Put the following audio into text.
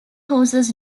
horses